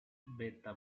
beta